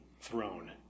throne